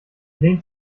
lehnt